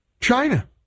China